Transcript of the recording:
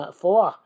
four